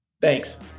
Thanks